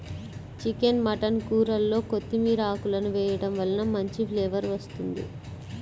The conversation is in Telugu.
చికెన్ మటన్ కూరల్లో కొత్తిమీర ఆకులను వేయడం వలన మంచి ఫ్లేవర్ వస్తుంది